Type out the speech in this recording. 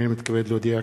הנני מתכבד להודיע,